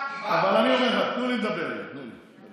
אבל אני אומר לך, תנו לי לדבר, תנו לי.